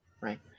Right